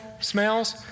smells